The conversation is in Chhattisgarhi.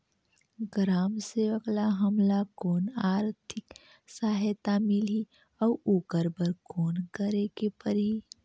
ग्राम सेवक ल हमला कौन आरथिक सहायता मिलही अउ ओकर बर कौन करे के परही?